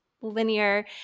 linear